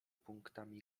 punktami